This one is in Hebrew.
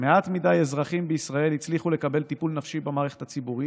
מעט מדי אזרחים בישראל הצליחו לקבל טיפול נפשי במערכת הציבורית,